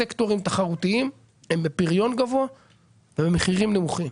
סקטורים תחרותיים הם בפריון גבוה ובמחירים נמוכים.